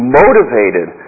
motivated